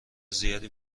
زیادی